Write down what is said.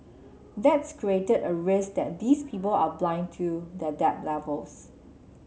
that's created a risk that these people are blind to their debt levels